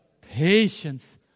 patience